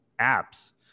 apps